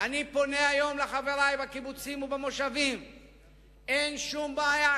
אני פונה היום אל חברי בקיבוצים ובמושבים ואומר: אין שום בעיה,